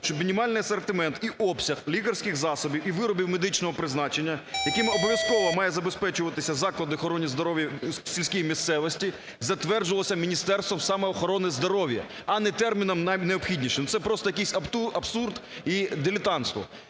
щоб мінімальний асортимент і обсяг лікарських засобів і виробів медичного призначення, якими обов'язково мають забезпечуватися заклади охорони здоров'я в сільській місцевості, затверджувався Міністерством саме охорони здоров'я, а не терміном "найнеобхідніший". Це просто якийсь абсурд і дилетантство.